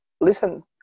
listen